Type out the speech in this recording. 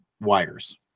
wires